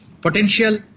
potential